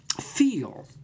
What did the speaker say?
feel